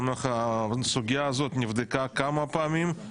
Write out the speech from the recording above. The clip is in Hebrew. הוא אומר לך שהסוגייה הזו נבדקה כמה פעמים,